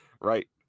Right